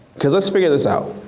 cause let's figure this out.